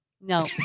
No